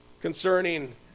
concerning